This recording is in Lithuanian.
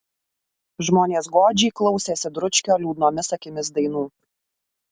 žmonės godžiai klausėsi dručkio liūdnomis akimis dainų